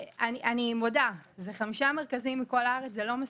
אני מודה שחמישה מרכזים מכל הארץ זה לא מספיק,